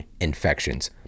infections